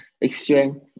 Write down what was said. exchange